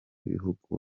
bihugu